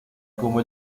como